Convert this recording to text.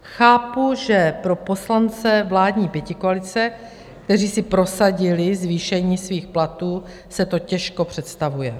Chápu, že pro poslance vládní pětikoalice, kteří si prosadili zvýšení svých platů, se to těžko představuje.